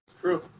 True